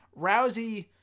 Rousey